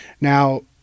Now